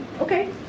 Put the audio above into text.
Okay